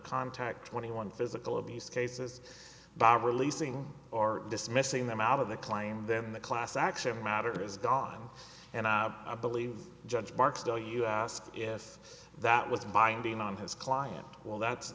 contact twenty one physical abuse cases bob releasing or dismissing them out of the claim then the class action matter is gone and i believe judge barksdale you asked if that was binding on his client well that's